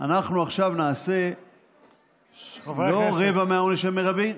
אנחנו עכשיו נעשה לא רבע מהעונש המרבי,